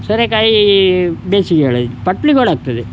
ಸೋರೆಕಾಯಿ ಬೇಸಿಗೆಗಾಲ ಪಟ್ಳಿಕೋಡ್ ಆಗ್ತದೆ